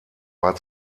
war